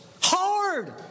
Hard